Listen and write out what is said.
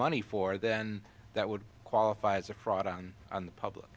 money for then that would qualify as a fraud on the public